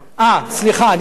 סליחה, אני שכחתי.